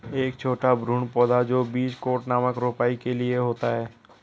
एक छोटा भ्रूण पौधा जो बीज कोट नामक रोपाई के लिए होता है